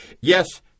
Yes